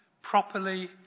Properly